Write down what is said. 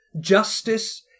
justice